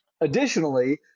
Additionally